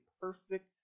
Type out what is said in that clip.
perfect